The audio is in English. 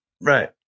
Right